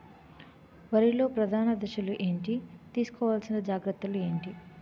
వరిలో ప్రధాన దశలు ఏంటి? తీసుకోవాల్సిన జాగ్రత్తలు ఏంటి?